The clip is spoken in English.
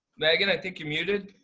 megan i think you're muted.